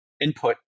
input